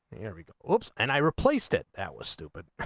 like ah but and i replaced it that was stupid